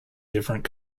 different